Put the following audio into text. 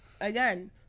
again